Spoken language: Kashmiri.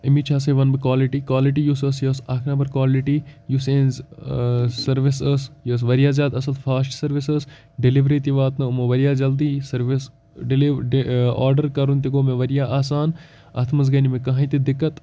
اَمِچ ہَسا وَنہٕ بہٕ کالٹی کالٹی یُس ٲس یہِ ٲس اَکھ نمبر کالٹی یُس اِہٕنٛز سٔروِس ٲس یہِ ٲس واریاہ زیادٕ اَصٕل فاسٹہٕ سٔروِس ٲس ڈِلِوری تہِ واتنٲو یِمو واریاہ جلدی یہِ سٔروِس ڈِلِو آرڈَر کَرُن تہِ گوٚو مےٚ واریاہ آسان اَتھ منٛز گٔے نہٕ مےٚ کٕہٕنۍ تہِ دِکت